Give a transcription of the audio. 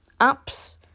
apps